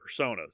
personas